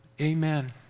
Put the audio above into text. Amen